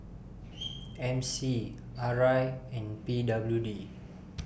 M C R I and P W D